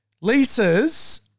leases